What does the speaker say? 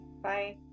bye